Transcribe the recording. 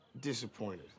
disappointed